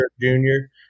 junior